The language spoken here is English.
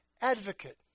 Advocate